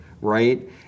right